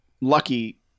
lucky